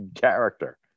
character